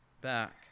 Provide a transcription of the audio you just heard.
back